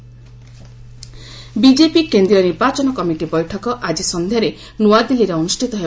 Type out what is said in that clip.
BJP meeting BJP କେନ୍ଦ୍ରୀୟ ନିର୍ବାଚନ committee ବୈଠକ ଆଜି ସନ୍ଧ୍ୟାରେ ନ୍ନଆଦିଲ୍ଲୀରେ ଅନୁଷ୍ଠିତ ହେବ